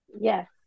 Yes